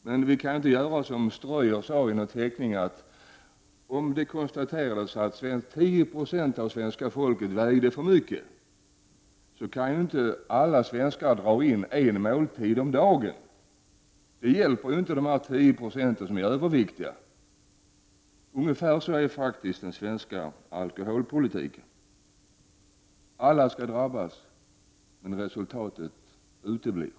Men, som Ströyer sade i någon av sina teckningar, om det konstaterades att 10 90 av svenska folket väger för mycket, kan ju inte alla svenskar dra in en måltid om dagen — det hjälper inte de överviktiga. Men ungefär så är faktiskt den svenska alkoholpolitiken upplagd: alla skall drabbas, men resultatet uteblir.